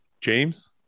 James